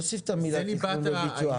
תוסיף את המילה תכנון וביצוע.